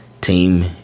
Team